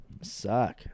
suck